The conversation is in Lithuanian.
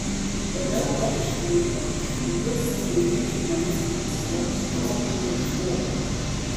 toliau paaiškėjo kodėl saugumiečiai manęs taip stropiai ieškojo